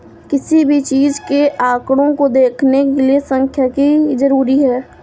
किसी भी चीज के आंकडों को देखने के लिये सांख्यिकी जरूरी हैं